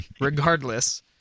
regardless